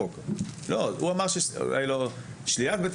שלילת בית הספר זה קיים בחוק היום.